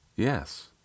Yes